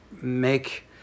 make